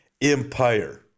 empire